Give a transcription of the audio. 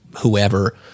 whoever